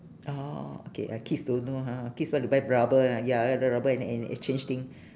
orh okay uh kids don't know ha kids like to buy rubber ah ya like to buy rubber and and exchange thing